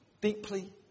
deeply